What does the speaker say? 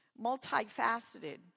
multifaceted